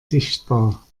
sichtbar